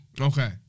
Okay